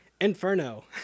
Inferno